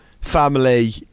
family